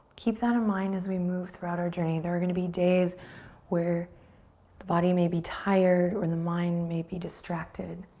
keep that in mind as we move throughout our journey. there are gonna be days where the body may be tired or the mind may be distracted.